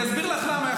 אני אסביר לך למה.